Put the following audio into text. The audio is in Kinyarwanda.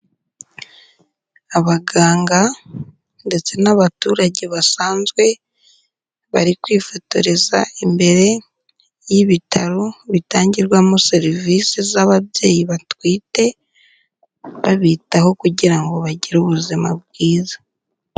Abaganga ndetse n'abaturage basanzwe, bari kwifotoreza imbere y'ibitaro bitangirwamo serivise z'ababyeyi batwite, babitaho kugira ngo bagire ubuzima bwiza.